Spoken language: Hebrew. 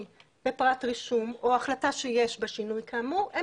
בפרט רישום או החלטה שיש בה שינוי כאמור הם